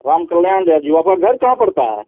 रामकल्याण आपका घर कहाँ पड़ता है